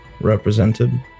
represented